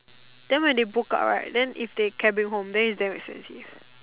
then when they book out right then if they cabin home then it's damn expensive